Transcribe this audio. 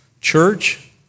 Church